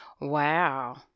Wow